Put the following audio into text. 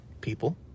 people